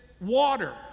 water